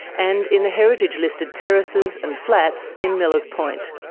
and in the heritage listed terraces and flats in millers point.